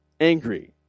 angry